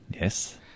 Yes